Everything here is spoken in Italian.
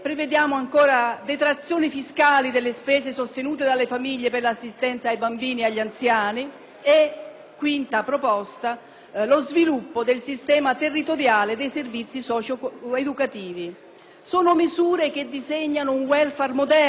Sono misure che disegnano un welfare moderno, basato sulla persona, perché questo è ciò di cui abbiamo bisogno per valorizzare la risorsa femminile, per dare valore alle competenze, alle professionalità, alle abilità delle donne.